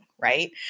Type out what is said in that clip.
right